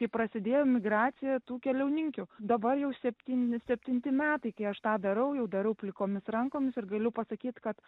kai prasidėjo migracija tų keliauninkių dabar jau septyni septinti metai kai aš tą darau jau darau plikomis rankomis ir galiu pasakyt kad